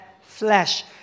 flesh